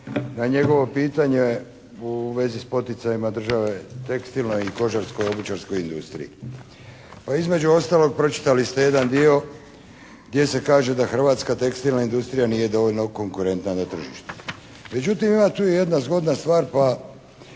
na njegovo pitanje u vezi s poticajima države u tekstilnoj i kožarsko-obućarskoj industriji. Pa između ostalog pročitali ste jedan dio gdje se kaže da hrvatska tekstilna industrija nije dovoljno konkurentna na tržištu. Međutim ima tu i jedna zgodna stvar pa